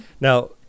Now